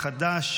עמדתם.